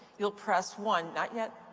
you'll press one. not yet.